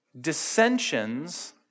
dissensions